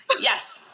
yes